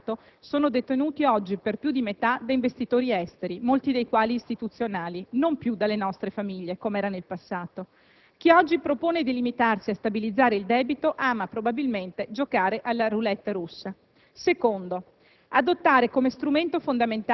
Siamo nelle loro mani, nel senso che i nostri titoli di Stato sono detenuti oggi per più di metà da investitori esteri, molti dei quali istituzionali, non più dalle nostre famiglie, come era nel passato. Chi oggi propone di limitarsi a stabilizzare il debito ama probabilmente giocare alla roulette russa.